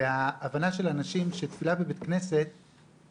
וההבנה של האנשים שתפילה בבית כנסת,